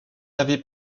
avait